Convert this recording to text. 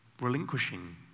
relinquishing